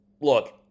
look